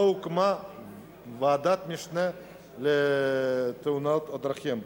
לא הוקמה ועדת משנה לתאונות הדרכים,